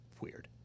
Weird